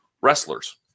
wrestlers